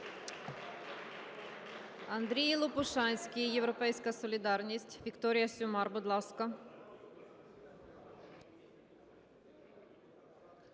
Андрій Лопушанський, "Європейська солідарність". Вікторія Сюмар, будь ласка.